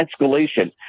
escalation